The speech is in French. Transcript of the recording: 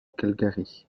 cagliari